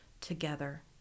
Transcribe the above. together